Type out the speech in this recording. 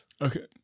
Okay